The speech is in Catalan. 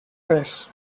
res